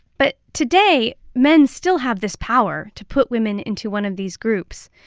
but today, men still have this power to put women into one of these groups.